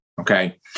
Okay